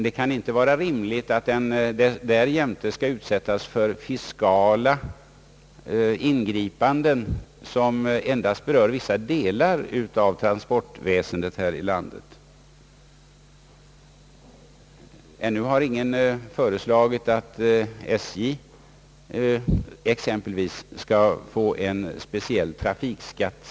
Det kan inte vara riktigt att vissa delar av transportväsendet här i landet därjämte skall utsättas för fiskala ingripanden. Ännu har ingen föreslagit att exempelvis SJ skall påläggas en speciell trafikskatt.